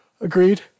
Agreed